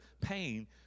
pain